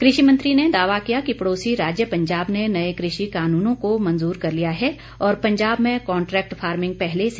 कृषि मंत्री ने दावा किया कि पड़ोसी राज्य पंजाब ने नए कृषि कानूनों को मंजूर कर लिया है और पंजाब में कांट्रेक्ट फार्मिंग पहले से ही चल रही है